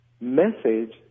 message